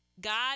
God